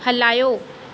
हलायो